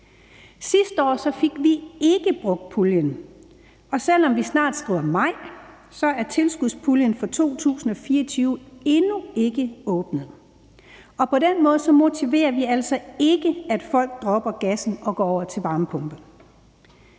Sidste år fik vi ikke brugt puljen, og selv om vi snart skriver maj, er tilskudspuljen for 2024 endnu ikke åbnet. På den måde motiverer vi altså ikke til, at folk dropper gassen og går over til varmepumpe.